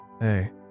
Hey